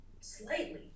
slightly